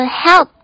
help